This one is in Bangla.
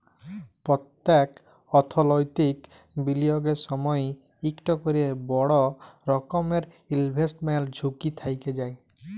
প্যত্তেক অথ্থলৈতিক বিলিয়গের সময়ই ইকট ক্যরে বড় রকমের ইলভেস্টমেল্ট ঝুঁকি থ্যাইকে যায়